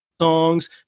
songs